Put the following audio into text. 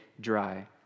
dry